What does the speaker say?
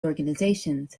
organizations